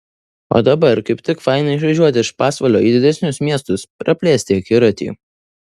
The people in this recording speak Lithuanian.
o dabar kaip tik faina išvažiuoti iš pasvalio į didesnius miestus praplėsti akiratį